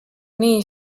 nii